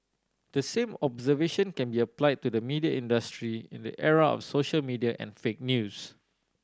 the same observation can be applied to the media industry in the era of social media and fake news